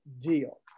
deal